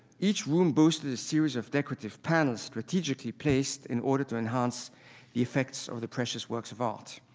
each room boasted a series of decorative panels strategically placed in order to enhance the effects of the precious works of art.